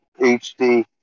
HD